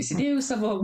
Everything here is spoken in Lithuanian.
įsidėjau į savo